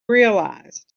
realized